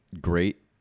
great